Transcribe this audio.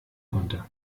konnte